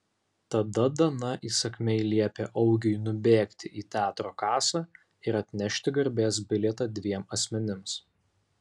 tada dana įsakmiai liepė augiui nubėgti į teatro kasą ir atnešti garbės bilietą dviem asmenims